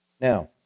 Now